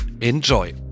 enjoy